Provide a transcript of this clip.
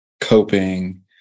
coping